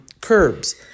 curbs